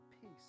peace